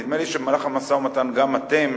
נדמה לי שבמהלך המשא-ומתן, גם אתם